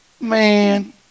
Man